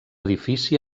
edifici